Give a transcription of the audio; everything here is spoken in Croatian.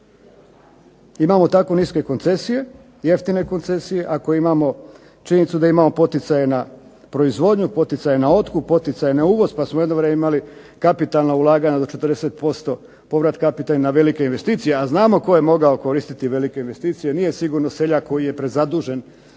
imamo tako niske koncesije, jeftine koncesije, ako imamo činjenicu da imamo poticaje na proizvodnju, poticaje na otkup, poticaje na uvoz pa smo jedno vrijeme imali kapitalna ulaganja do 40% povrat kapitala na velike investicije, a znamo tko je mogao koristiti velike investicije. Nije sigurno seljak koji je prezadužen